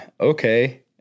okay